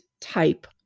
type